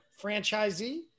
franchisee